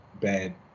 bad